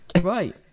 Right